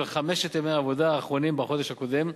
חמשת ימי העבודה האחרונים בחודש הקודם,